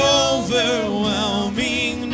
overwhelming